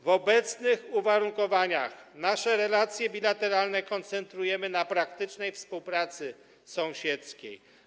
W obecnych uwarunkowaniach nasze relacje bilateralne koncentrujemy na praktycznej współpracy sąsiedzkiej.